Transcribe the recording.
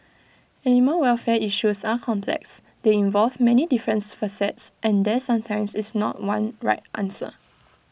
animal welfare issues are complex they involve many difference facets and there sometimes is not one right answer